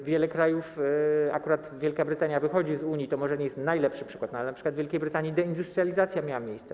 W wielu krajach - akurat Wielka Brytania wychodzi z Unii, to może nie jest najlepszy przykład - np. w Wielkiej Brytanii deindustrializacja miała miejsce.